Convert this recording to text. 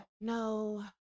no